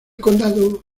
condado